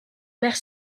mère